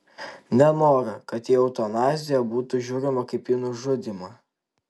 nenoriu kad į eutanaziją būtų žiūrimą kaip į nužudymą